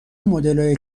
مدلهای